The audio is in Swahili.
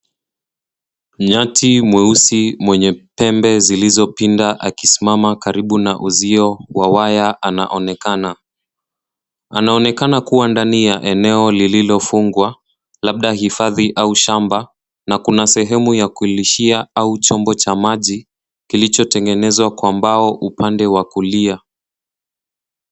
Nyati mweusi mwenye pembe zilizopinda akisimama karibu na uzio wa waya anaonekana. Anaonekana kuwa ndani ya eneo lililofungwa labda hifadhi au shamba na kuna sehemu ya kulishia au chombo cha maji kilichotengenezwa kwa mbao upande wa kulia.